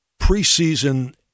preseason